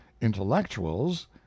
intellectuals